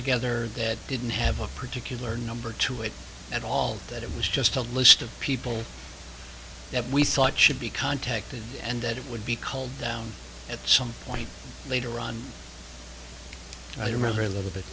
together that didn't have a particular number to it at all that it was just a list of people that we thought should be contacted and that it would be called down at some point later on i remember a little bit